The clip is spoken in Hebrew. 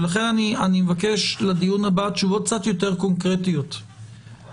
לכן אני מבקש לדיון הבא תשובות קצת יותר קונקרטיות לגבי